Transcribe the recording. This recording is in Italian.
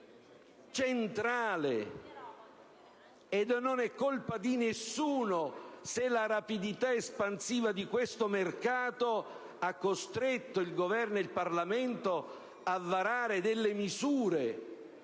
E non è colpa di nessuno se la rapidità espansiva di questo mercato ha costretto il Governo e il Parlamento a varare progressivamente